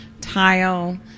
tile